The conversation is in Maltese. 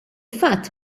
fatt